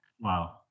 Wow